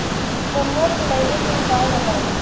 नेनुआ फुलईले के उपाय बताईं?